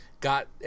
got